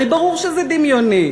הרי ברור שזה דמיוני.